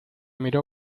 miró